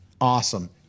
Awesome